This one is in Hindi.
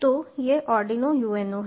तो यह आर्डिनो UNO है